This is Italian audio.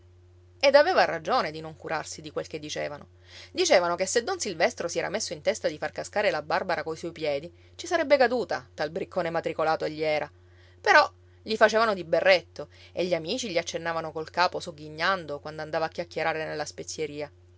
ed aveva ragione di non curarsi di quel che dicevano dicevano che se don silvestro si era messo in testa di far cascare la barbara coi suoi piedi ci sarebbe caduta tal briccone matricolato egli era però gli facevano di berretto e gli amici gli accennavano col capo sogghignando quando andava a chiacchierare nella spezieria